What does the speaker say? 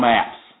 Maps